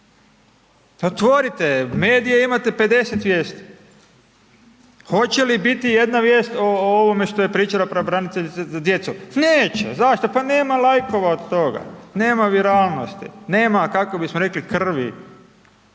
Otvorite medije imate 50 vijesti. Hoće li biti ijedna vijest o ovome što je pričala pravobraniteljica za djecu? Neće. Pa zašto? Nema laikova od toga, nema …/Govornik se ne razumije./… nema, kako bismo rekli krvi,